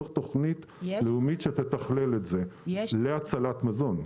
צריך תוכנית לאומית שתתכלל את זה, הצלת מזון.